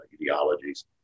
ideologies